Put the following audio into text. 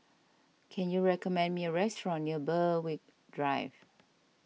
can you recommend me a restaurant near Berwick Drive